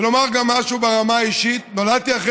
ולומר גם משהו ברמה האישית: נולדתי אחרי